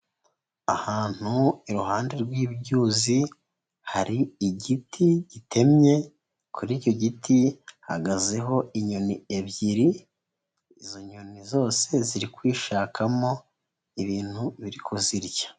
Ahantu iruhande rw'ibyuzi hari igiti gitemye, kuri icyo giti hagazeho inyoni ebyiri, izo nyoni zose ziri kwishakamo ibintu biri kuzirya.